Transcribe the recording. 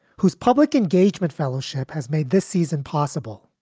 whose public engagement fellowship has made this season possible.